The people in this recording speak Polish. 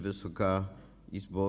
Wysoka Izbo!